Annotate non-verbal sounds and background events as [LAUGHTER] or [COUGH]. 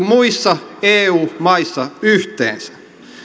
[UNINTELLIGIBLE] muissa eu maissa yhteensä